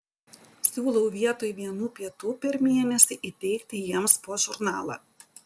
siūlau vietoj vienų pietų per mėnesį įteikti jiems po žurnalą